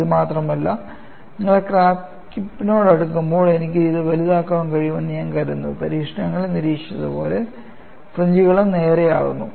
ഇത് മാത്രമല്ല നിങ്ങൾ ക്രാക്ക് ടിപ്പിനോട് അടുക്കുമ്പോൾ എനിക്ക് ഇത് വലുതാക്കാൻ കഴിയുമെന്ന് ഞാൻ കരുതുന്നു പരീക്ഷണങ്ങളിൽ നിരീക്ഷിച്ചതുപോലെ ഫ്രിഞ്ച്കളും നേരെയാകുന്നു